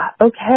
okay